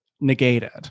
negated